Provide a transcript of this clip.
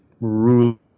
rule